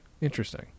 interesting